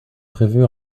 prévu